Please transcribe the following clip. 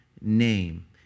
name